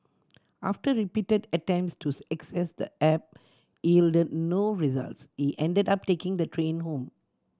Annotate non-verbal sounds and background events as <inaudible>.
after repeated attempts to <unintelligible> excess the app yielded no results he ended up taking the train home